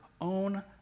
own